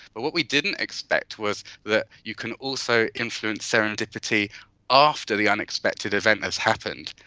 but what we didn't expect was that you can also influence serendipity after the unexpected event has happened.